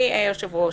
היושב-ראש,